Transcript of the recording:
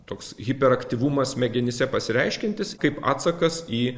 toks hiperaktyvumas smegenyse pasireiškiantis kaip atsakas į